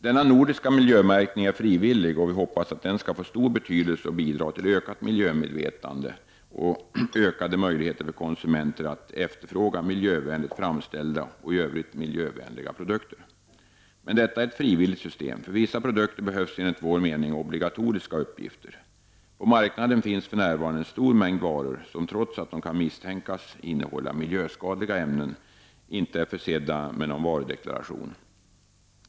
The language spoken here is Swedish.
Denna nordiska miljömärkning är frivillig, och vi hoppas att den skall få stor betydelse och bidra till ökat miljömedvetande och ökade möjligheter för konsumenter att efterfråga miljövänligt framställda och i övrigt miljövänliga produkter. Men detta är ett frivilligt system. För vissa produkter behövs enligt vår mening obligatoriska uppgifter. På marknaden finns för närvarande en stor mängd varor, som trots att de kan misstänkas innehålla miljöskadliga ämnen inte är försedda med någon varudeklaration.